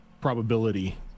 probability